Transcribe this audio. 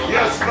Yes